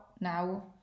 now